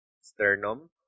sternum